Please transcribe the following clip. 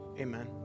amen